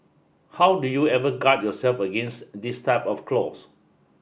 how do you ever guard yourself against this type of clause